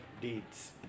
deeds